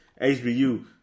HBU